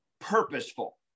purposeful